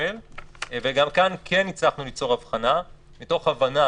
גם כאן הממשלה מחויבת בצורה מפורשת להביא לביטול